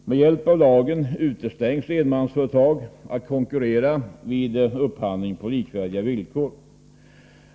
Med hjälp av lagen utestängs enmansföretag från att vid upphandling konkurrera på likvärdiga villkor.